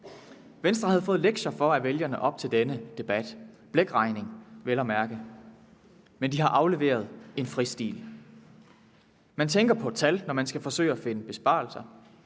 Venstre har jo fået lektier for af vælgerne op til denne debat – blækregning vel at mærke – men de har afleveret en fristil. Man tænker på et tal, når man skal forsøge at finde besparelser,